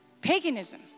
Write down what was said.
paganism